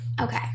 Okay